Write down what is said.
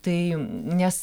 tai nes